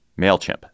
MailChimp